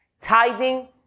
Tithing